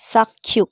চাক্ষুষ